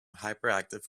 hyperactive